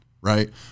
right